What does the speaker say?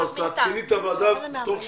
תעדכני את הוועדה תוך שבועיים.